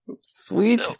Sweet